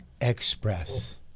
Express